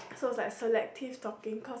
so like selective talking cause